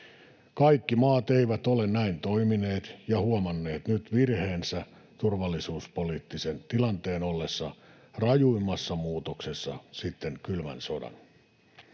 Kaikki maat eivät ole näin toimineet, ja ne ovat huomanneet nyt virheensä turvallisuuspoliittisen tilanteen ollessa rajuimmassa muutoksessa sitten kylmän sodan.